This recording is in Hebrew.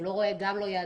הוא לא רואה יעדים,